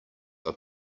are